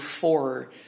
forward